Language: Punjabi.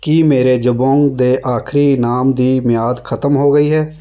ਕੀ ਮੇਰੇ ਜਬੋਂਗ ਦੇ ਆਖ਼ਰੀ ਇਨਾਮ ਦੀ ਮਿਆਦ ਖਤਮ ਹੋ ਗਈ ਹੈ